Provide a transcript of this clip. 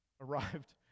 arrived